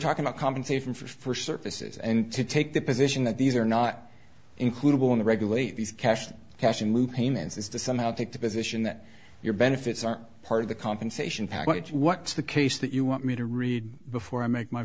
talking about compensation for services and to take the position that these are not included want to regulate these cash cash and move payments is to somehow take the position that your benefits are part of the compensation package what's the case that you want me to read before i make my